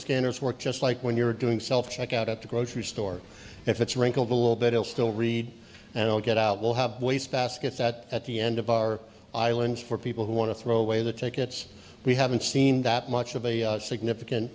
scanners work just like when you're doing self checkout at the grocery store if it's wrinkled a little bit ill still read and all get out we'll have wastebaskets that at the end of our islands for people who want to throw away the tickets we haven't seen that much of a significant